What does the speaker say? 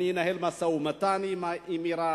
אני אנהל משא-ומתן עם אירן,